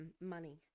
money